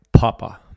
Papa